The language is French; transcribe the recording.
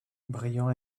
bryant